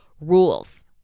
rules